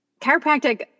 chiropractic